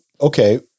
okay